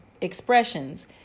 expressions